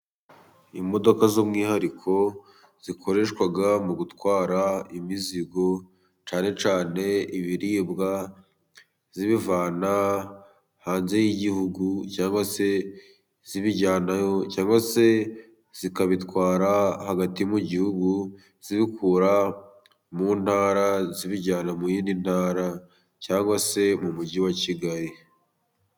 Imodoka z'umwihariko zikoreshwa, mu gutwara imizigo cyane cyane ibiribwa, zibivana hanze y'igihugu, cyangwa se zibijyanayo, cyangwa se zikabitwara hagati mu gihugu, zibikura mu ntara, zibijyana mu yindi ntara, cyangwa se mu mugi wa kigali.